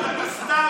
50%, אתה סתם,